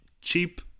cheap